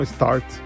Start